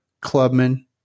Clubman